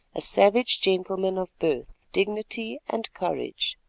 a savage gentleman of birth, dignity and courage.